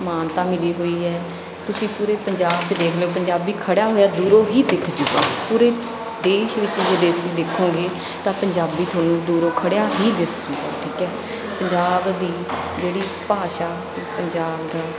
ਮਾਨਤਾ ਮਿਲੀ ਹੋਈ ਹੈ ਤੁਸੀਂ ਪੂਰੇ ਪੰਜਾਬ 'ਚ ਦੇਖ ਲਓ ਪੰਜਾਬੀ ਕੜ੍ਹਾ ਹੋਇਆ ਦੂਰੋਂ ਹੀ ਦਿਖ ਜਾਊਗਾ ਪੂਰੇ ਦੇਸ਼ ਵਿੱਚ ਜੇ ਦੇਸ਼ ਨੂੰ ਦੇਖੋਗੇ ਤਾਂ ਪੰਜਾਬੀ ਤੁਹਾਨੂੰ ਦੂਰੋਂ ਖਡ੍ਹਿਆ ਹੀ ਦਿਸ ਜੂਗਾ ਠੀਕ ਹੈ ਪੰਜਾਬ ਦੀ ਜਿਹੜੀ ਭਾਸ਼ਾ ਅਤੇ ਪੰਜਾਬ ਦਾ